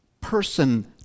person